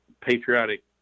patriotic